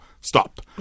stop